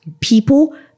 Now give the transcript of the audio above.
people